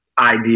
idea